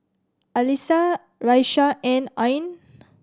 Alyssa Raisya and Ain